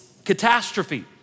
Catastrophe